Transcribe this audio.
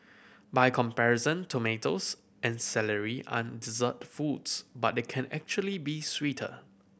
by comparison tomatoes and celery aren't dessert foods but they can actually be sweeter